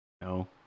No